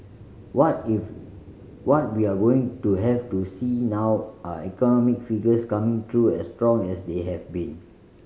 what if what we're going to have to see now are economic figures coming through as strong as they have been